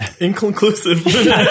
Inconclusive